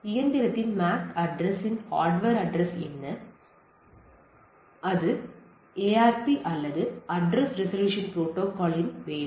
இயந்திரத்தின் MAC address யின் hardware address என்ன எனவே அது ARP அல்லது அட்ரஸ் ரெசல்யூசன் புரோட்டோகால்யின் வேலை